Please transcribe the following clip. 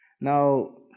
now